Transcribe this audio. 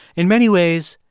in many ways,